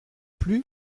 plus